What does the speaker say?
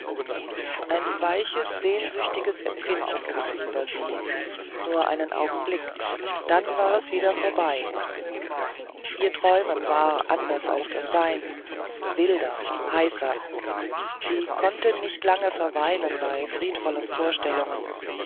ein weiches sehnsüchtiges empfinden kam über sie nur einen augenblick dann war es wieder vorbei ihr träumen war anders als das seine wilder heißer sie konnte nicht lange verweilen bei friedvollen vorstellungen